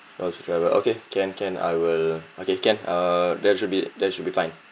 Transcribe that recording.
ask driver okay can can I will okay can uh that should be that should be fine